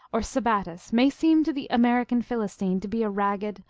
or sabattis may seem to the american philistine to be a ragged,